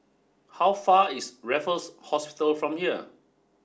how far is Raffles Hospital from here